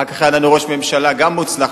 אחר כך היה לנו ראש ממשלה גם מוצלח,